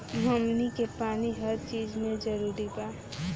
हमनी के पानी हर चिज मे जरूरी बा